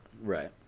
Right